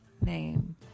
name